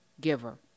giver